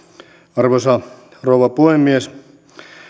arvoisa rouva puhemies